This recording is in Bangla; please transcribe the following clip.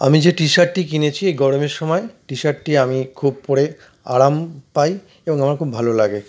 আমি যে টি শার্টটি কিনেছি এই গরমের সময় টি শার্টটি আমি খুব পরে আরাম পাই এবং আমার খুব ভালো লাগে